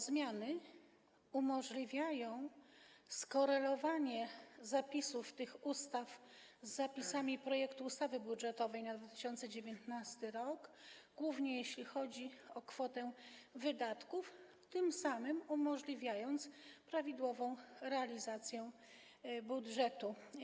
zmiany przewidują skorelowanie zapisów tych ustaw z zapisami projektu ustawy budżetowej na 2019 r., głównie jeśli chodzi o kwotę wydatków, tym samym umożliwiając prawidłową realizację budżetu.